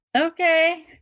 Okay